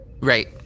Right